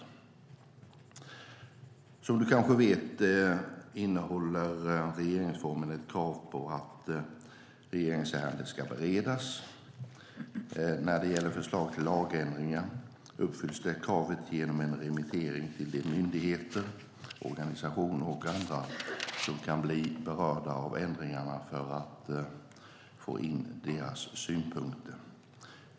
Som Jens Holm kanske vet innehåller regeringsformen ett krav på att regeringsärenden ska beredas. När det gäller förslag till lagändringar uppfylls det kravet genom en remittering till de myndigheter, organisationer och andra som kan bli berörda av ändringarna för att få in deras synpunkter.